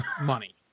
Money